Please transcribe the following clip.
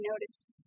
noticed